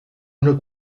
una